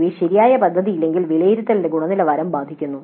പൊതുവേ ശരിയായ പദ്ധതിയില്ലെങ്കിൽ വിലയിരുത്തലിന്റെ ഗുണനിലവാരം ബാധിക്കുന്നു